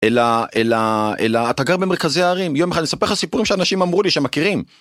אלה אלה אלה אתה גר במרכזי הערים יום אחד לספר לך סיפורים שאנשים אמרו לי שמכירים.